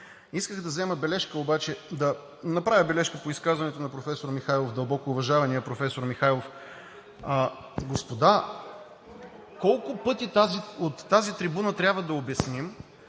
Исках да взема бележка обаче, да направя бележка по изказването на професор Михайлов, дълбоко уважавания професор Михайлов. Господа, колко пъти от тази трибуна трябва да обясним,